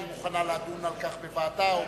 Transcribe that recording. האם היא מוכנה לדון על כך בוועדה או